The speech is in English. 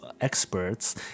experts